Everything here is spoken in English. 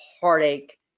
heartache